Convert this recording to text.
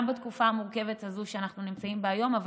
גם בתקופה המורכבת הזו שאנחנו נמצאים בה היום אבל